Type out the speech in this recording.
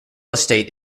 estate